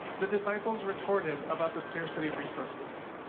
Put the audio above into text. the disciples retorted about the scarcity of resources.